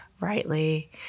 rightly